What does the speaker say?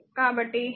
మరియు v0 2 i2